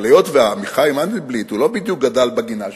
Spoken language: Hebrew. אבל היות שאביחי מנדלבליט לא בדיוק גדל בגינה שלי,